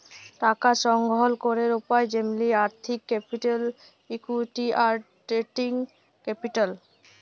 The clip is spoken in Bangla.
টাকা সংগ্রহল ক্যরের উপায় যেমলি আর্থিক ক্যাপিটাল, ইকুইটি, আর ট্রেডিং ক্যাপিটাল